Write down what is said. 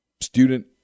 student